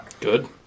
Good